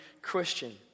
Christian